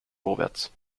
vorwärts